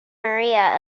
maria